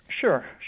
Sure